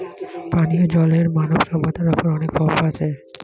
পানিও জলের মানব সভ্যতার ওপর অনেক প্রভাব আছে